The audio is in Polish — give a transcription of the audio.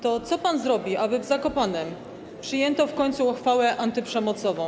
To co pan zrobi, aby w Zakopanem przyjęto w końcu uchwałę antyprzemocową?